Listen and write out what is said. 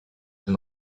elle